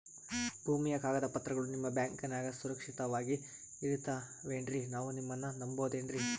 ಭೂಮಿಯ ಕಾಗದ ಪತ್ರಗಳು ನಿಮ್ಮ ಬ್ಯಾಂಕನಾಗ ಸುರಕ್ಷಿತವಾಗಿ ಇರತಾವೇನ್ರಿ ನಾವು ನಿಮ್ಮನ್ನ ನಮ್ ಬಬಹುದೇನ್ರಿ?